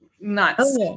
nuts